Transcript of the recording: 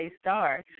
star